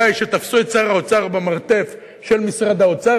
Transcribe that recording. שתפסו את שר האוצר במרתף של משרד האוצר,